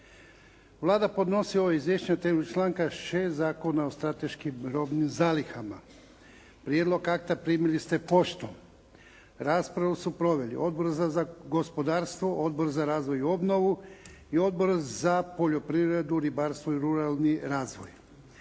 Vlada podnosi ovo izvješće na temelju članka 6. Zakona o strateškim robnim zalihama. Prijedlog akta primili ste poštom. Raspravu su proveli Odbor za gospodarstvo, Odbor za razvoj i obnovu i Odbor za poljoprivredu, ribarstvo i ruralni razvoj.